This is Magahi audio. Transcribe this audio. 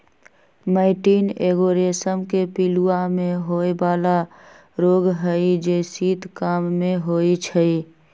मैटीन एगो रेशम के पिलूआ में होय बला रोग हई जे शीत काममे होइ छइ